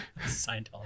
Scientology